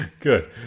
Good